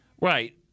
Right